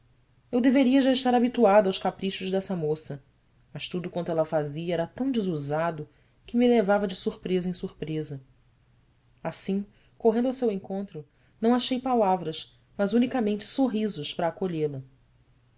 eu devera já estar habituado aos caprichos dessa moça mas tudo quanto ela fazia era tão desusado que me levava de surpresa em surpresa assim correndo ao seu encontro não achei palavras mas unicamente sorrisos para acolhê la